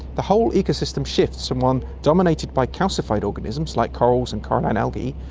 the whole ecosystem shifts from one dominated by calcified organisms like corals and coralline algae,